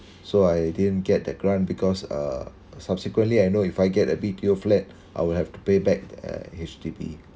so I didn't get the grant because uh subsequently I know if I get a B_T_O flat I will have to pay back uh H_D_B